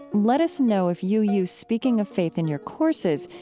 let us know if you use speaking of faith in your courses.